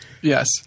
Yes